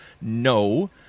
No